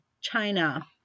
China